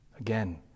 Again